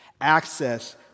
Access